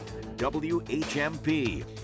WHMP